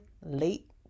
late